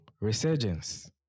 resurgence